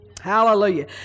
Hallelujah